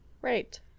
right